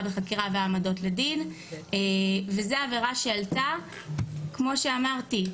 בחקירה והעמדות לדין וזאת עבירה שעלתה כמו שאמרתי,